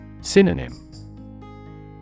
Synonym